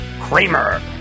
Kramer